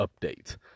update